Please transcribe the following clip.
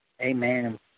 Amen